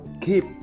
Keep